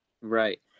right